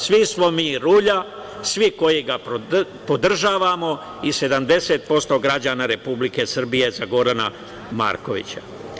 Svi smo mi rulja, svi koji ga podržavamo i 70% građana Republike Srbije za Gorana Markovića.